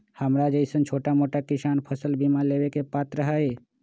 हमरा जैईसन छोटा मोटा किसान फसल बीमा लेबे के पात्र हई?